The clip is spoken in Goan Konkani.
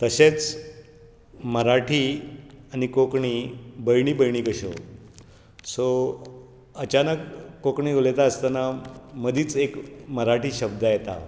तशेंच मराठी आनी कोंकणी भयणी भयणी कश्यो सो अचानक कोंकणी उलयता आसतना मदींच एक मराठी शब्द येता